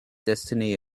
destiny